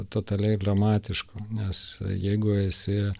totaliai dramatiško nes jeigu esi